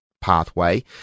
pathway